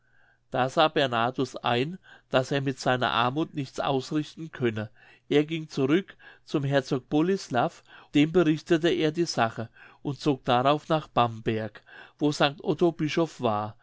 da sah bernhardus ein daß er mit seiner armuth nichts ausrichten könne er ging zurück zum herzog bolislaff dem berichtete er die sache und zog darauf nach bamberg wo sanct otto bischof war